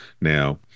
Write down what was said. Now